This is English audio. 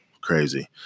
crazy